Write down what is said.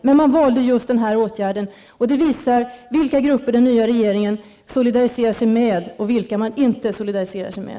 Men man valde just den här åtgärden, och det visar vilka grupper den nya regeringen solidariserar sig med och vilka man inte solidariserar sig med.